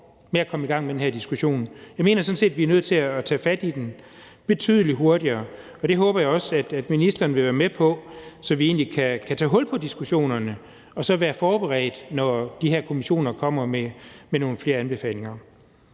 med at komme i gang med den her diskussion. Jeg mener sådan set, vi er nødt til at tage fat på den betydelig hurtigere, og det håber jeg også at ministeren vil være med på, så vi egentlig kan tage hul på diskussionerne og så være forberedt, når de her kommissioner kommer med nogle flere anbefalinger.